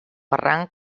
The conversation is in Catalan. barranc